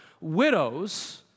widows